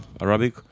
Arabic